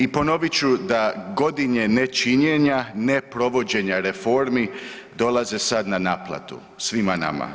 I ponovit ću da godine nečinjenja, neprovođenja reformi dolaze sad na naplatu svima nama.